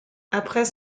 après